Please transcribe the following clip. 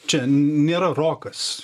čia nėra rokas